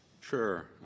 Sure